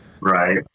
Right